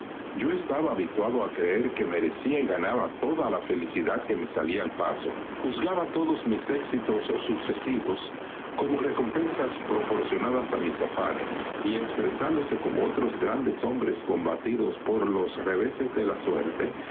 yo estaba habituado a creer que merecía y ganaba toda la felicidad que me salía al paso juzgaba todos mis éxitos sucesivos como recompensas proporcionadas a mis afanes y expresándose como otros grandes hombres combatidos por los reveses de la suerte